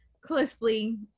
closely